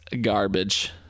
garbage